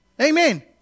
Amen